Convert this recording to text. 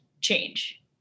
change